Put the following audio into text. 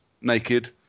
naked